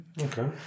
Okay